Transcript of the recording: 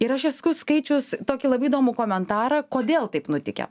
ir aš esu skaičius tokį labai įdomų komentarą kodėl taip nutikę